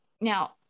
now